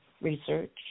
research